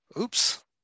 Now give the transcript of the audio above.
oops